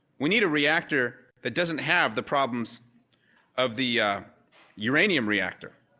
we need a reactor that doesn't have the problems of the uranium reactor.